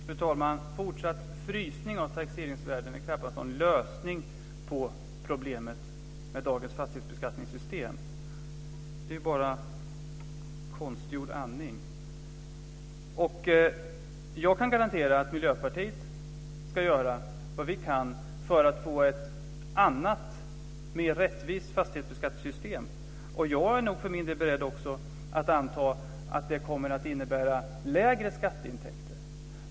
Fru talman! En fortsatt frysning av taxeringsvärdena är knappast någon lösning på problemet med dagens fastighetsbeskattningssystem. Det är bara konstgjord andning. Jag kan garantera att vi i Miljöpartiet ska göra vad vi kan för att få ett annat mer rättvist fastighetsbeskattningssystem. Och jag är nog för min del också beredd att anta att det kommer att innebära lägre skatteintäkter.